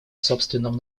собственного